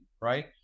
right